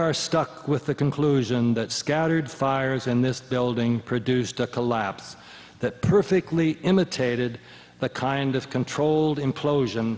are stuck with the conclusion that scattered fires in this building produced a collapse that perfectly imitated the kind of controlled implosion